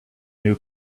new